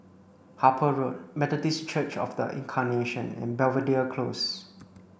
Harper Road Methodist Church Of The Incarnation and Belvedere Close